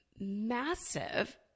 massive